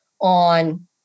on